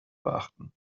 beachten